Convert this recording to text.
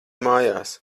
mājās